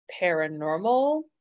paranormal